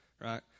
right